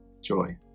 joy